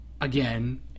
again